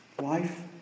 Life